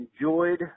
enjoyed